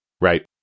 Right